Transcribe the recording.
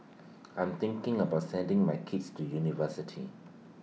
I'm thinking about sending my kids to university